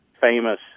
famous